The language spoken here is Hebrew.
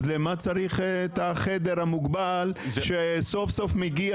אז בשביל מה צריך את החדר המוגבל שסוף סוף מגיע